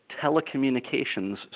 telecommunications